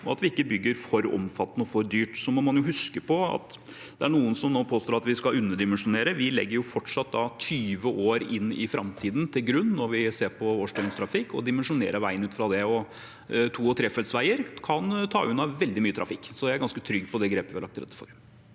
og at vi ikke bygger for omfattende og for dyrt. Så må man huske på at det er noen som nå påstår at vi skal underdimensjonere. Vi legger fortsatt 20 år inn i framtiden til grunn når vi ser på årsdøgntrafikk, og dimensjonerer veiene ut fra det. Toog trefelts veier kan ta unna veldig mye trafikk. Så jeg er ganske trygg på det grepet vi har lagt til rette for.